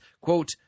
quote